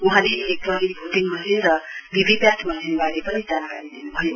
वहाँले electronic voting machine र भीभीपी मशिनवारे पनि जानकारी दिन्भयो